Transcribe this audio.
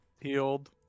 healed